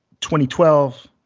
2012